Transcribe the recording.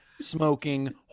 smoking